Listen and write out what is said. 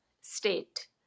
state